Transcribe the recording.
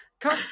come